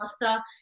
master